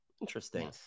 Interesting